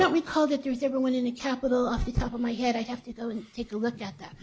don't recall that there's ever win in a capital off the top of my head i'd have to go take a look at that